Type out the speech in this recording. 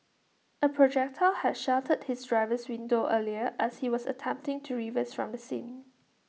A projectile had shattered his driver's window earlier as he was attempting to reverse from the scene